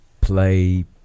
play